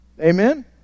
Amen